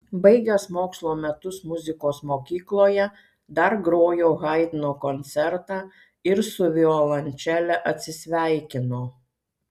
baigęs mokslo metus muzikos mokykloje dar grojo haidno koncertą ir su violončele atsisveikino